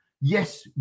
yes